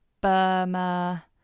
Burma